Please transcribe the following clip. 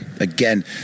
again